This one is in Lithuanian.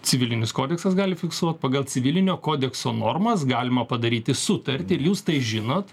civilinis kodeksas gali fiksuot pagal civilinio kodekso normas galima padaryti sutartį ir jūs tai žinot